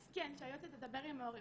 אז כן שהיועצת תדבר עם ההורים,